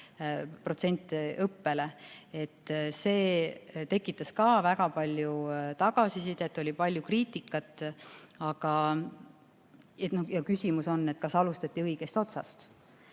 : 60% õppele. See tekitas ka väga palju tagasisidet, oli palju kriitikat. Küsimus on, kas alustati õigest otsast.